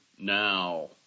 now